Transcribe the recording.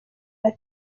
ati